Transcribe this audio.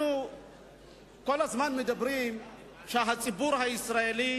אנחנו כל הזמן אומרים שהציבור הישראלי